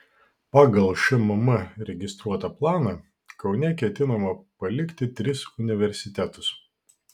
pagal šmm registruotą planą kaune ketinama palikti tris universitetus